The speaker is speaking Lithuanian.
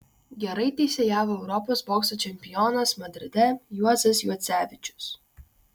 gerai teisėjavo europos bokso čempionas madride juozas juocevičius